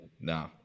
no